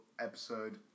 episode